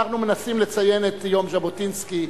אנחנו מנסים לציין את יום ז'בוטינסקי,